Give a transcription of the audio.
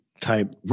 type